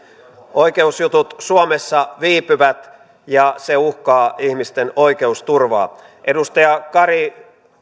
oikeusjutut suomessa viipyvät ja se uhkaa ihmisten oikeusturvaa edustaja kari